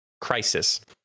crisis